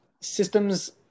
systems